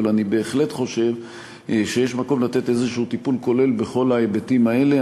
אבל אני בהחלט חושב שיש מקום לתת איזשהו טיפול כולל בכל ההיבטים האלה.